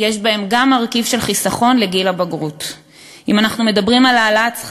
את השכירים, את הזוגות